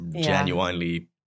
genuinely